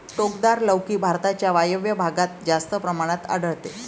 टोकदार लौकी भारताच्या वायव्य भागात जास्त प्रमाणात आढळते